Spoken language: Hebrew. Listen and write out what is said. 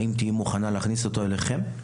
האם תהיי מוכנה להכניס אותו אליכם?